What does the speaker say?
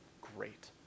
great